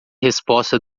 resposta